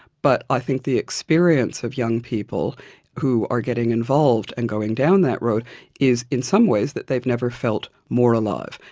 but i think the experience of young people who are getting involved and going down that road is in some ways that they've never felt more alive.